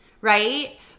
right